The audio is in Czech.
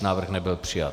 Návrh nebyl přijat.